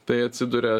tai atsiduria